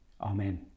Amen